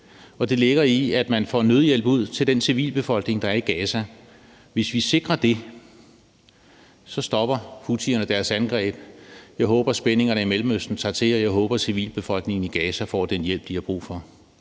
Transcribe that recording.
Den ligger også i, at man får nødhjælp ud til den civilbefolkning, der er i Gaza. Hvis vi sikrer det, stopper houthierne deres angreb. Jeg håber spændingerne i Mellemøsten aftager, og jeg håber, at civilbefolkningen i Gaza får den hjælp, de har brug.